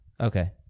Okay